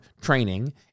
training